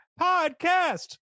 podcast